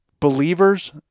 believers